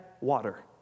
water